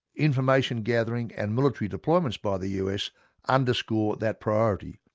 information gathering and military deployments by the us underscore that priority.